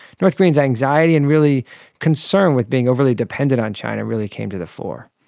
north koreans' anxiety and really concern with being overly dependent on china really came to the fore.